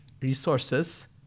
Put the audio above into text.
resources